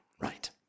right